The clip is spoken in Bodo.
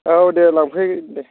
औ दे लांफै दे